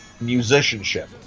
musicianship